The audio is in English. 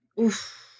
Oof